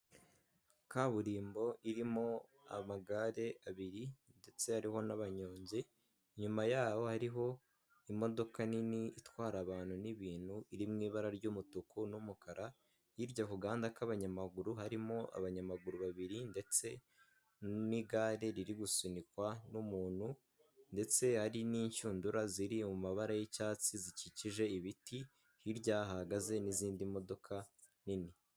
Kaburimbo irimo amagare abiri ndetse hariho n'abanyonzi, inyuma yabo hariho imodoka nini itwara abantu n'ibintu iri mu ibara ry'umutuku n'umukara, hirya ku gahanda k'abanyamaguru harimo abanyamaguru babiri ndetse n'igare riri gusunikwa n'umuntu, ndetse hari n'inshundura ziri mu mabara y'icyatsi zikikije ibiti hirya hahagaze n'izindi modoka nini.